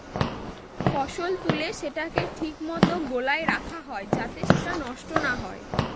ফসল তুলে সেটাকে ঠিক মতো গোলায় রাখা হয় যাতে সেটা নষ্ট না হয়